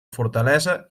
fortalesa